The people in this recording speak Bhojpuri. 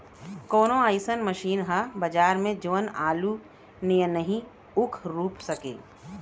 कवनो अइसन मशीन ह बजार में जवन आलू नियनही ऊख रोप सके?